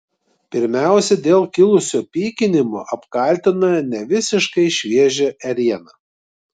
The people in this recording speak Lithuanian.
pirmiausia dėl kilusio pykinimo apkaltino nevisiškai šviežią ėrieną